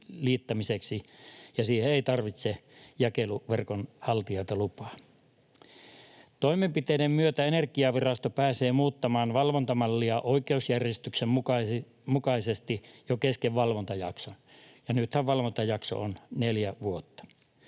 ja siihen ei tarvitse jakeluverkon haltijalta lupaa. Toimenpiteiden myötä Energiavirasto pääsee muuttamaan valvontamallia oikeusjärjestyksen mukaisesti jo kesken valvontajakson, ja nythän valvontajakso on neljä vuotta.